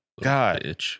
God